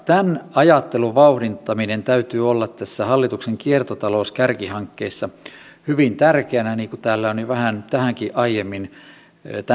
tämän ajattelun vauhdittamisen täytyy olla tässä hallituksen kiertotalouskärkihankkeessa hyvin tärkeänä niin kuin täällä on jo vähän tähänkin aiemmin tänään viitattu